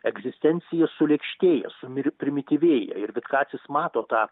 egzistencija sulėkštėja sumir primityvėja ir vitkacis mato tą